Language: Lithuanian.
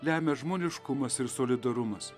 lemia žmoniškumas ir solidarumas